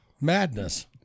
Madness